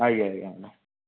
ଆଜ୍ଞା ଆଜ୍ଞା